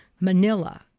Manila